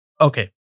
okay